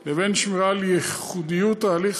גיסא לבין שמירה על ייחודיות ההליך,